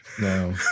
No